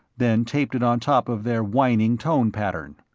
then taped it on top of their whining tone pattern.